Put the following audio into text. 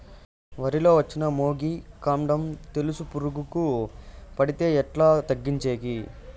వరి లో వచ్చిన మొగి, కాండం తెలుసు పురుగుకు పడితే ఎట్లా తగ్గించేకి?